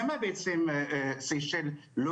חיים, תודה רבה בעניינים האלה.